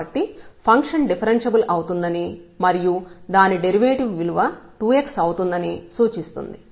కాబట్టి function differentiable అవుతుందని మరియు దాని డెరివేటివ్ విలువ 2 x అవుతుందని సూచిస్తుంది